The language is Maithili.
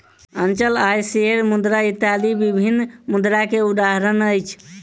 अचल आय, शेयर मुद्रा इत्यादि विभिन्न मुद्रा के उदाहरण अछि